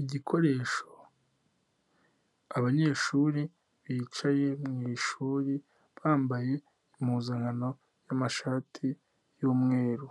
Igikoresho abanyeshuri bicaye mu ishuri bambaye impuzankano y'amashati y'umweru